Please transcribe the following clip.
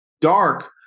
dark